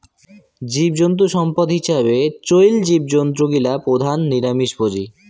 জীবজন্তু সম্পদ হিছাবে চইল জীবজন্তু গিলা প্রধানত নিরামিষভোজী